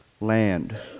land